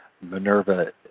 Minerva